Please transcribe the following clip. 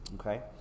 Okay